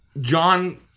John